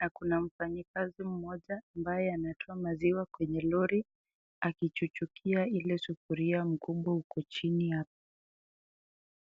na kuna mfanyakazi mmoja ambaye natia maziwa kwenye lori akichuchukia ile sufuria kubwa iko chini yake.